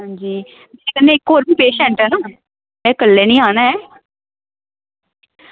अंजी कन्नै इक्क होर बी पेशेंट ऐ ना में कल्लै निं औना ऐ